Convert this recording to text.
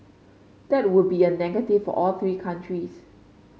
that would be a negative for all three countries